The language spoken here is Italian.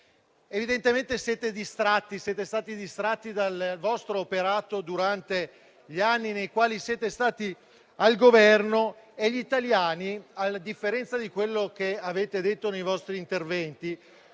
Evidentemente, siete stati distratti dal vostro operato durante gli anni nei quali siete stati al governo. Ma gli italiani, a differenza di quanto avete detto nei vostri interventi,